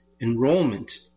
enrollment